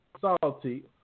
Salty